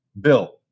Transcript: Bill